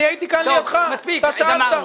הייתי כאן לידך ואתה שאלת.